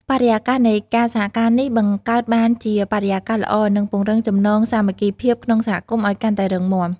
បរិយាកាសនៃការសហការនេះបង្កើតបានជាបរិយាកាសល្អ និងពង្រឹងចំណងសាមគ្គីភាពក្នុងសហគមន៍ឲ្យកាន់តែរឹងមាំ។